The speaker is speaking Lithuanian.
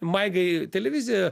maigai televiziją